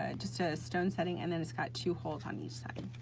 ah just a stone setting and then it's got two holes on each side.